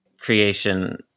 creation